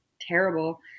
terrible